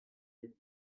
hini